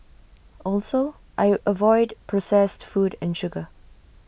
also I avoid processed food and sugar